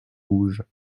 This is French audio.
rouges